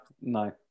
No